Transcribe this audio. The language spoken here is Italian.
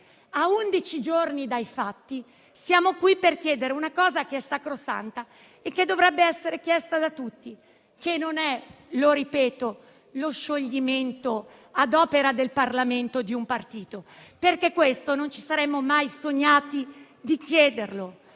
di undici giorni dai fatti, siamo qui per chiedere una cosa che è sacrosanta e che dovrebbe essere chiesta da tutti, che non è, ripeto, lo scioglimento ad opera del Parlamento di un partito. Non ci saremmo mai sognati di chiederlo.